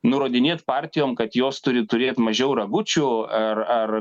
nurodinėt partijom kad jos turi turėt mažiau ragučių ar ar